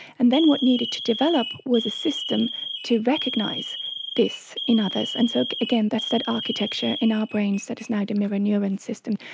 and then what needed to develop was a system to recognise this in others. and so, again, that's that architecture in our brains that is now the neuron system,